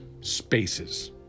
spaces